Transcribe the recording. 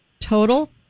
Total